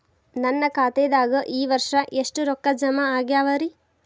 ನನ್ನ ಖಾತೆದಾಗ ಈ ವರ್ಷ ಎಷ್ಟು ರೊಕ್ಕ ಜಮಾ ಆಗ್ಯಾವರಿ?